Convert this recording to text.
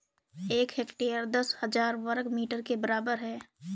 एक हेक्टेयर दस हजार वर्ग मीटर के बराबर है